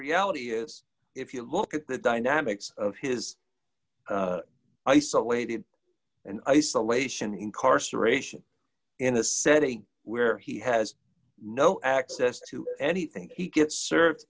reality is if you look at the dynamics of his isolated in isolation incarceration in a setting where he has no access to anything he gets serve